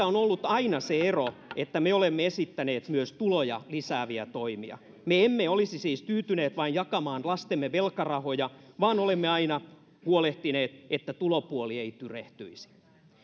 on aina ollut se ero että me olemme esittäneet myös tuloja lisääviä toimia me emme olisi siis tyytyneet vain jakamaan lastemme velkarahoja vaan olemme aina huolehtineet että tulopuoli ei tyrehtyisi